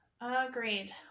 Agreed